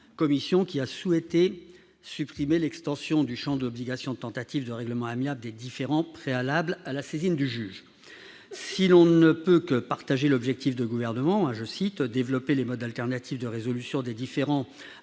commission, qui a souhaité supprimer l'extension du champ de l'obligation de tentative de règlement amiable des différends préalable à la saisine du juge. Si l'on ne peut que souscrire à l'objectif du Gouvernement- « développer les modes alternatifs de résolution des différends afin que